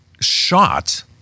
shot